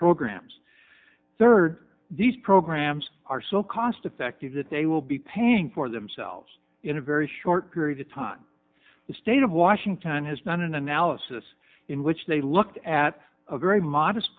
programs third these programs are so cost effective that they will be paying for themselves in a very short period of time the state of washington has done an analysis in which they looked at a very modest